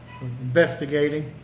Investigating